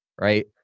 Right